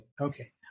Okay